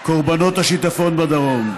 קורבנות השיטפון בדרום: